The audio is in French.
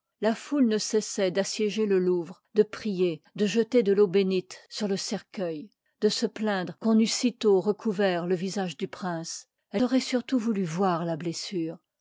la foule necessoit d'assiéger le louvre de prier de jeter de l'eau bénite sur le cercueil de se plaindre qu'on eût si tôt recouvert le visage du prince elle auroit surtout voulu voir la blessure